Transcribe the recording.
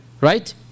right